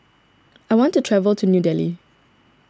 I want to travel to New Delhi